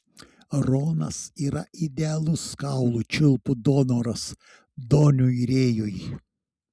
ronas yra idealus kaulų čiulpų donoras doniui rėjui